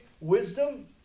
wisdom